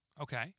Okay